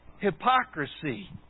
hypocrisy